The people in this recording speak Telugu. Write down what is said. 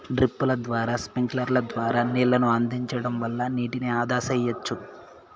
డ్రిప్పుల ద్వారా స్ప్రింక్లర్ల ద్వారా నీళ్ళను అందించడం వల్ల నీటిని ఆదా సెయ్యచ్చు